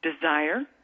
desire